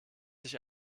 sich